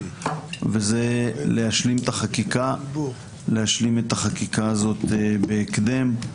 וזה להשלים את החקיקה הזאת בהקדם.